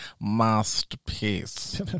masterpiece